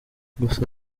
gusa